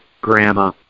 grandma